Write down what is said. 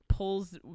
pulls